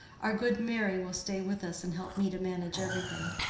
our good merry will stay with us and help me to manage everything.